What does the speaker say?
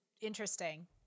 interesting